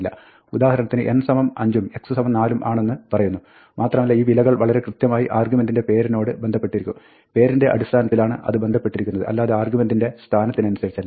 ഉദാഹരണത്തിന് n 5 ഉം x 4 ഉം ആണെന്ന് പറയുന്നു മാത്രമല്ല ഈ വിലകൾ വളരെ കൃത്യമായി ആർഗ്യുമെൻറിൻറെ പേരിനോട് ബന്ധപ്പെട്ടിരിക്കും പേരിൻറെ അടിസ്ഥാനത്തിലാണ് അത് ബന്ധ പ്പെട്ടിരിക്കുന്നത് അല്ലാതെ ആർഗ്യുമെൻറിൻറെ സ്ഥാനത്തിനനുസരിച്ചല്ല